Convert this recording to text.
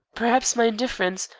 perhaps my indifference,